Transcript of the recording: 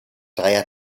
dreier